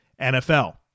NFL